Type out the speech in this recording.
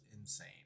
insane